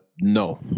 no